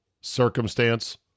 circumstance